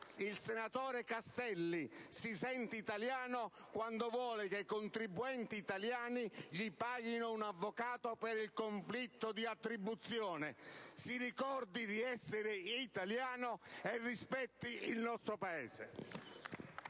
Il senatore Castelli si sente italiano quando vuole che i contribuenti italiani gli paghino un avvocato per il conflitto di attribuzione: si ricordi di essere italiano e rispetti il nostro Paese